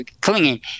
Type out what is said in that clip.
clinging